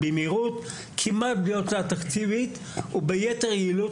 כמעט בלי הוצאה תקציבית וביתר יעילות